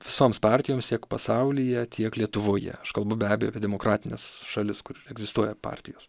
visoms partijoms tiek pasaulyje tiek lietuvoje aš kalbu be abejo apie demokratines šalis kur egzistuoja partijos